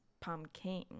pumpkin